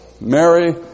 Mary